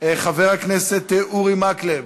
חבר הכנסת אורי מקלב,